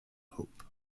hope